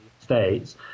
states